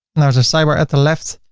and there is a sidebar at the left.